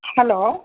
hello